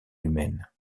humaines